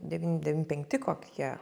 devym devym penkti kokie